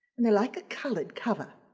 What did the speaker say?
and they're like a colored cover.